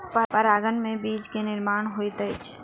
परागन में बीज के निर्माण होइत अछि